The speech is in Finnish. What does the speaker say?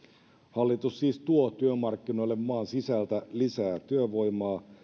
hallitus siis tuo työmarkkinoille maan sisältä lisää työvoimaa